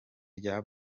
rya